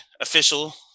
official